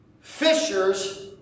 fishers